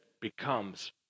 becomes